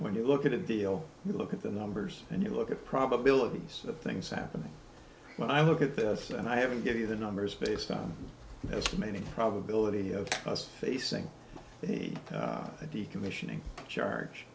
when you look at a deal you look at the numbers and you look at probabilities of things happening when i look at this and i haven't give you the numbers based on estimating probability of us facing the decommissioning charge